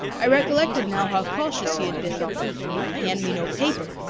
i recollected now how cautious he had been to hand me no paper,